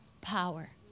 power